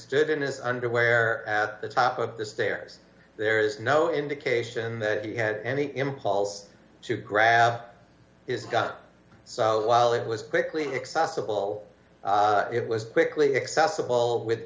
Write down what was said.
stood in his underwear at the top of the stairs there's no indication that he had any impulse to grab his got so while it was quickly excessive well it was quickly accessible with